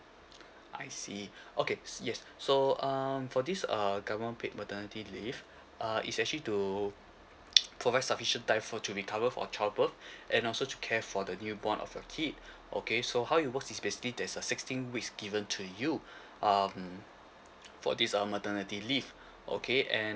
I see okay yes so um for this err government paid maternity leave uh it's actually to provide sufficient time for you to recover from child birth and also to care for the new born of your kid okay so how it works is basically there's a sixteen weeks given to you um for this um maternity leave okay and